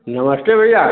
नमस्ते भैया